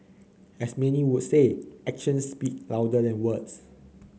as many would say actions speak louder than words